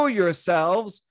yourselves